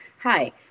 hi